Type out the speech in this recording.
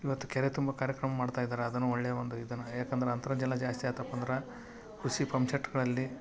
ಇವತ್ತು ಕೆರೆ ತುಂಬೊ ಕಾರ್ಯಕ್ರಮ ಮಾಡ್ತಾ ಇದ್ದಾರೆ ಅದನ್ನು ಒಳ್ಳೆ ಒಂದು ಇದನ್ನು ಯಾಕಂದ್ರೆ ಅಂತರ್ಜಲ ಜಾಸ್ತಿ ಆತಪ್ಪ ಅಂದ್ರೆ ಕೃಷಿ ಪಂಪ್ ಸೆಟ್ಗಳಲ್ಲಿ